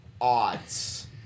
Odds